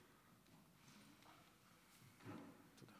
אדוני